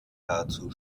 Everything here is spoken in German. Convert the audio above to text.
dazu